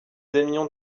aimions